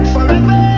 Forever